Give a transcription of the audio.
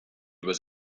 was